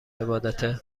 عبادته